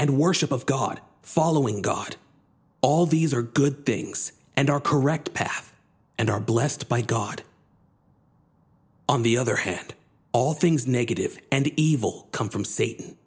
and worship of god following god all these are good things and our correct path and are blessed by god on the other hand all things negative and evil come from sata